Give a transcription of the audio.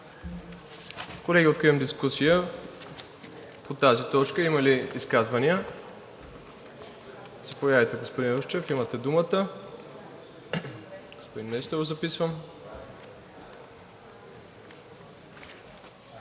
Колеги, откривам дискусия по тази точка. Има ли изказвания? Заповядайте, господин Русчев, имате думата. Господин Несторов записвам.